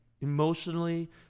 emotionally